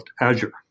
Azure